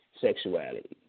sexuality